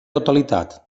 totalitat